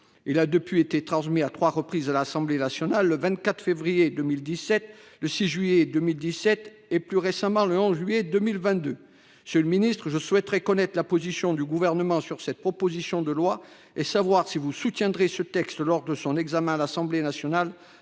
a, depuis lors, été transmis à trois reprises à l'Assemblée nationale : le 24 février 2017, le 6 juillet 2017 et, plus récemment, le 11 juillet 2022. Madame la ministre, je souhaiterais connaître la position du Gouvernement sur cette proposition de loi et savoir si vous soutiendrez ce texte lors de son examen à l'Assemblée nationale,